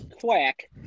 Quack